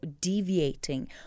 deviating